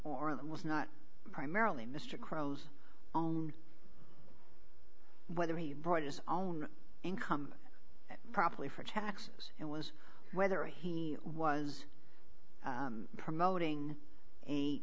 that was not primarily mr croes own whether he brought his own income properly for taxes and was whether he was promoting a